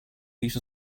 piece